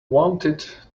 wanted